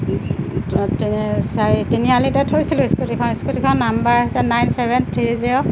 তি চাৰি তিনিআলিতে থৈছিলোঁ স্কুটিখন স্কুটিখন নম্বৰ হৈছে নাইন ছেভেন থ্ৰী জিৰ'